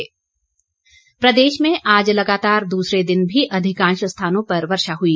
मौसम प्रदेश में आज लगातार दूसरे दिन भी अधिकांश स्थानों पर वर्षा हुई